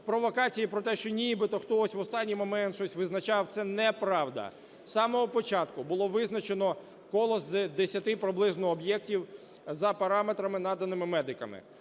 Провокації про те, що нібито хтось в останній момент щось визначав, це неправда. З самого початку було визначено коло з десяти приблизно об'єктів за параметрами, наданими медиками.